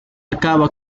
acaba